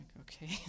Okay